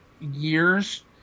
years